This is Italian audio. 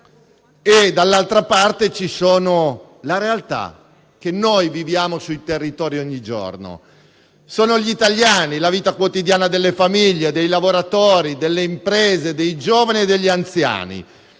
Dall'altra parte, c'è la realtà che viviamo sui territori ogni giorno: gli italiani, la vita quotidiana delle famiglie, dei lavoratori, delle imprese, dei giovani e degli anziani.